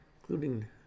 including